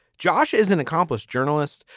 josh is an accomplished journalist,